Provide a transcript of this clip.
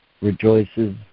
rejoices